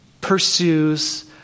pursues